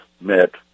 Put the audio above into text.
met